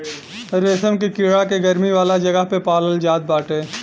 रेशम के कीड़ा के गरमी वाला जगह पे पालाल जात बाटे